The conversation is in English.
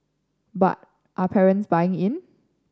but are parents buying in